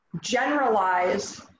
generalize